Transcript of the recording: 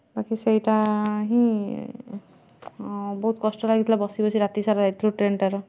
ବାକି ସେଇଟା ହିଁ ବହୁତ କଷ୍ଟ ଲାଗିଥିଲା ବସି ବସି ରାତି ସାରା ଯାଇଥିଲୁ ଟ୍ରେନ୍ଟା ର